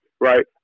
right